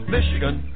Michigan